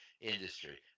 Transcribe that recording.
industry